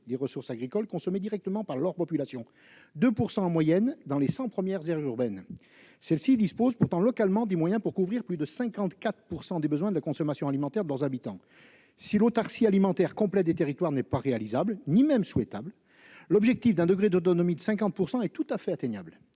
des ressources agricoles consommées directement par leur population : 2 % en moyenne dans les cent premières aires urbaines. Pourtant, ces aires urbaines disposent localement des moyens pour couvrir plus de 54 % des besoins de la consommation alimentaire de leurs habitants. Si l'autarcie alimentaire complète des territoires n'est pas réalisable ni même souhaitable, l'objectif d'un degré d'autonomie de 50 % est tout à fait atteignable.